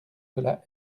cela